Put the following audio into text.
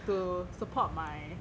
to support my